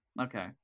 Okay